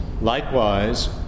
Likewise